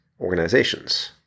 organizations